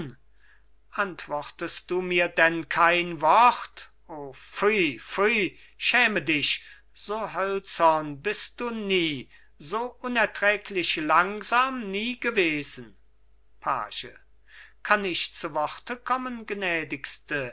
antwortest du mir denn kein wort o pfui pfui schäme dich so hölzern bist du nie so unerträglich langsam nie gewesen page kann ich zu worte kommen